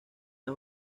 las